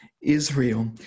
Israel